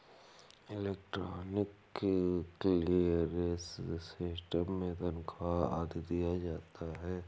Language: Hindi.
इलेक्ट्रॉनिक क्लीयरेंस सिस्टम से तनख्वा आदि दिया जाता है